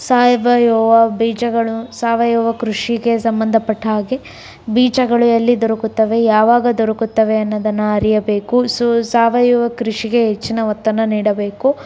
ಸಾವಯವ ಬೀಜಗಳು ಸಾವಯವ ಕೃಷಿಗೆ ಸಂಬಂಧಪಟ್ಟ ಹಾಗೆ ಬೀಜಗಳು ಎಲ್ಲಿ ದೊರಕುತ್ತವೆ ಯಾವಾಗ ದೊರಕುತ್ತವೆ ಎನ್ನೋದನ್ನು ಅರಿಯಬೇಕು ಸೊ ಸಾವಯವ ಕೃಷಿಗೆ ಹೆಚ್ಚಿನ ಒತ್ತನ್ನು ನೀಡಬೇಕು